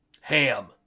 Ham